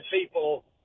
people